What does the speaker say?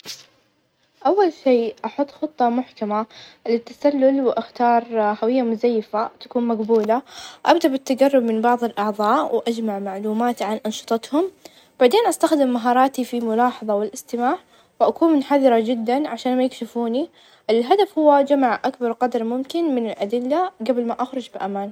أول شي أحط خطة محكمة للتسلل، وأختار هوية مزيفة تكون مقبولة ،أبدأ بالتقرب من بعظ الأعظاء، وأجمع معلومات عن أنشطتهم، بعدين استخدم مهاراتي في الملاحظة، والإستماع، وأكون حذرة جدًا عشان ما يكشفوني ،الهدف هو جمع أكبر قدر ممكن من الأدلة قبل ما أخرج بأمان.